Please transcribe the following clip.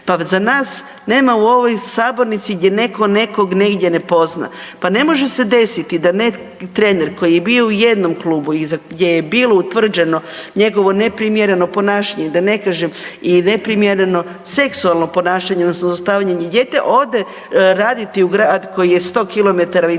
pa za nas nema u ovoj sabornici gdje netko nekoga negdje ne poznaje. Pa ne može se desiti da trener koji je bio u jednom klubu i gdje je bilo utvrđeno njegovo neprimjereno ponašanje da ne kažem i neprimjereno seksualno ponašanje odnosno zlostavljanje djeteta ode raditi u grad koji je 100 km ili